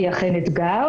והיא אכן אתגר.